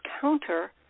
counter